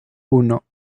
uno